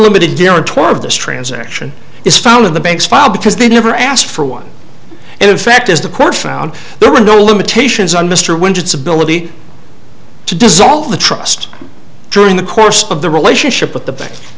limited guarantor of this transaction is found in the bank's file because they never asked for one and in fact as the court found there were no limitations on mr winter its ability to dissolve the trust during the course of the relationship with the bank